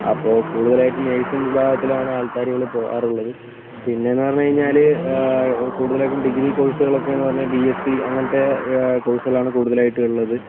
അപ്പോൾ കൂടുതലായിട്ടും നഴ്സിംഗ് വിഭാഗത്തിലാണ് ആൾക്കാര്കള് പോകാറുള്ളത് പിന്നെ എന്ന് പറഞ്ഞു കഴിഞ്ഞാല് കൂടുതലായിട്ടും ഡിഗ്രി കോഴ്സുകളൊക്കെ എന്ന് പറഞ്ഞാൽ ബി എസ് സി അങ്ങനത്തെ കോഴ്സുകളാണ് കൂടുതലായിട്ടും ഉള്ളത്